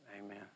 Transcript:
Amen